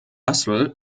russell